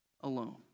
alone